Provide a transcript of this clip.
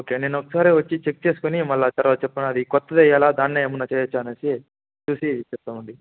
okay నేనొక్కసారి వచ్చి check చేసుకొని మళ్ళీ తర్వాత చెప్తాను అది కొత్తదెయ్యాలా దాన్నే ఏమన్నా చెయ్యాచ్చా అనేసి చూసి చెప్తామండి